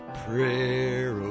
prayer